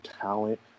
talent